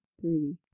three